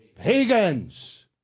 pagans